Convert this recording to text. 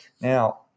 Now